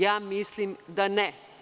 Ja mislim da ne.